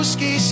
Ski